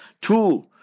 Two